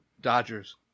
Dodgers